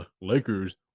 Lakers